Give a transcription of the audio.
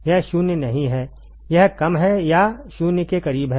यह 0 नहीं है यह कम है या 0 के करीब है